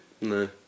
no